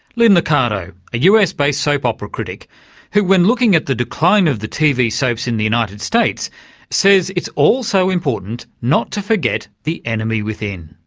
lynn liccardo, a us-based soap opera critic who when looking at the decline of the tv soaps in the united states says it's also important not to forget the enemy within.